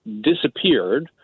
disappeared